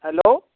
hello